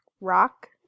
rock